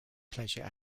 pleasure